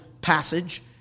passage